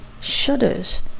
shudders